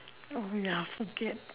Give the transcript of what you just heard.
oh ya forget